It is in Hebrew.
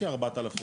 כ-4,000.